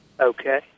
Okay